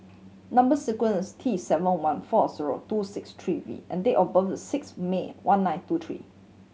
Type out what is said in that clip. number sequence T seven one four zero two six three V and date of birth is six May one nine two three